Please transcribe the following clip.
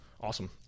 Awesome